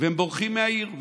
והם בורחים מהעיר.